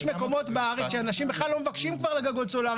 יש מקומות בארץ שאנשים בכלל לא מבקשים כבר גגות סולאריים